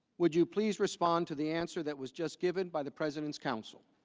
would you please respond to the answer that was just given by the president's council